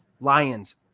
Lions